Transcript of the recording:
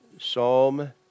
Psalm